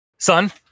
Son